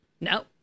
No